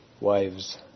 wives